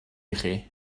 chi